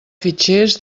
fitxers